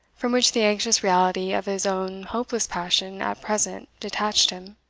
from which the anxious reality of his own hopeless passion at present detached him.